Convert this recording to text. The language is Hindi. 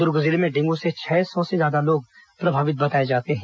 दूर्ग जिले में डेंगू से छह सौ से ज्यादा लोग प्रभावित बताए जाते हैं